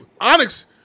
Onyx